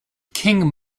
king